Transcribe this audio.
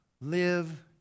live